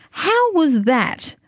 how was that,